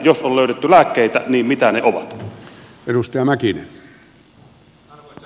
jos on löydetty lääkkeitä mitä ne ovat